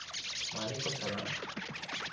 ᱢᱟᱹᱞᱤᱠ ᱠᱚ ᱥᱟᱞᱟᱜ